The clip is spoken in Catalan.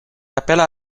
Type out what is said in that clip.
apel·la